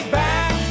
back